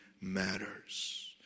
matters